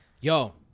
Yo